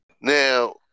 Now